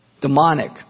Demonic